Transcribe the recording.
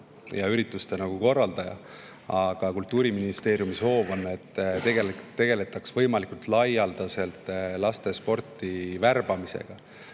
ja ürituste korraldaja, aga Kultuuriministeeriumi soov on, et tegeldaks võimalikult laialdaselt laste sportimisse